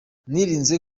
nirinze